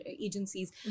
agencies